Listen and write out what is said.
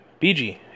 BG